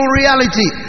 reality